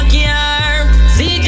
See